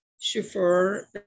chauffeur